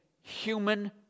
human